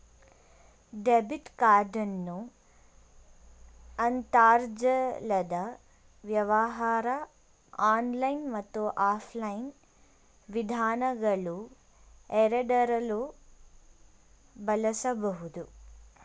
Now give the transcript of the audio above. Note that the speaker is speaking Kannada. ಡೆಬಿಟ್ ಕಾರ್ಡನ್ನು ಅಂತರ್ಜಾಲದ ವ್ಯವಹಾರ ಆನ್ಲೈನ್ ಮತ್ತು ಆಫ್ಲೈನ್ ವಿಧಾನಗಳುಎರಡರಲ್ಲೂ ಬಳಸಬಹುದು